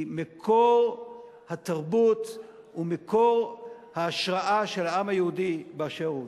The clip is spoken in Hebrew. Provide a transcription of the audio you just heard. היא מקור התרבות ומקור ההשראה של העם היהודי באשר הוא.